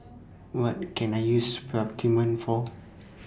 What Can I use Peptamen For